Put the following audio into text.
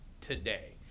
today